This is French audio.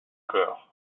cœur